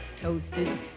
toasted